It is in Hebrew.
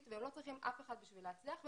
והם לא צריכים אף אחד בשביל להצליח.